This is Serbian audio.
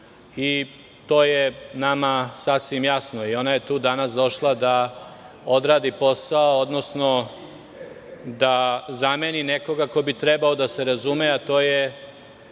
i to je nama sasvim jasno. Ona je tu danas došla da odradi posao, odnosno da zameni nekoga ko bi trebao da se razume, a to je